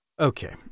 Okay